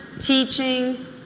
teaching